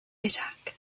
attack